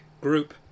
group